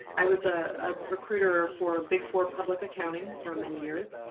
i was a recruiter for big for public accounting for many years.